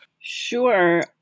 Sure